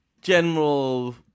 general